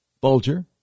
Bulger